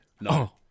no